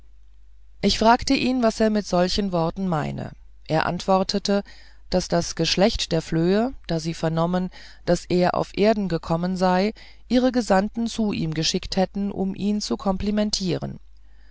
ich fragte ihn was er mit solchen worten meine er antwortete daß das geschlecht der flöhe als sie vernommen daß er auf erden kommen sei ihre gesandten zu ihm geschickt hätten ihn zu komplimentieren